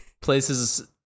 places